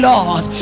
Lord